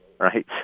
Right